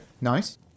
nice